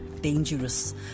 dangerous